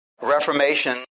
Reformation